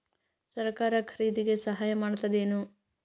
ಸರಕಾರ ಖರೀದಿಗೆ ಸಹಾಯ ಮಾಡ್ತದೇನು?